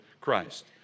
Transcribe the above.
Christ